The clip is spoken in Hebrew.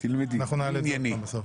פה אחד.